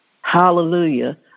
Hallelujah